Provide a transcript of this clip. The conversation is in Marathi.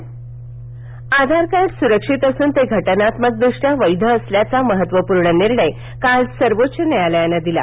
आधार आधार कार्ड सुरक्षीत असून ते घटनात्मकदृष्ट्या वैध असल्याचा महत्त्वपूर्ण निर्णय काल सर्वोच्च न्यायालयानं दिला